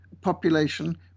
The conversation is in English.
population